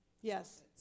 yes